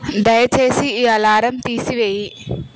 దయచేసి ఈ అలారం తీసివేయి